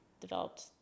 developed